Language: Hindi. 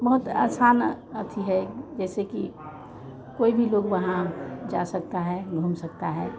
बहुत आसान अथी है जैसे कि कोई भी लोग वहाँ जा सकते हैं घूम सकते हैं